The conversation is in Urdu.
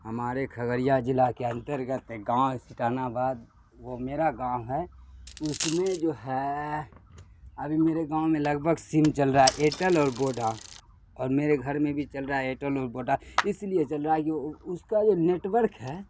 ہمارے کھگڑیا ضلع کے انترگت ایک گاؤں ہے سٹان آباد وہ میرا گاؤں ہے اس میں جو ہے ابھی میرے گاؤں میں لگ بھگ سم چل رہا ہے ایئرٹیل اور بوڈا اور میرے گھر میں بھی چل رہا ہے ایئرٹیل اور بوڈا اس لیے چل رہا ہے کہ وہ اس کا جو نیٹورک ہے